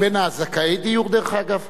הם בין זכאי הדיור, דרך אגב?